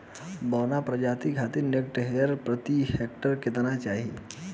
बौना प्रजाति खातिर नेत्रजन प्रति हेक्टेयर केतना चाही?